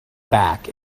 back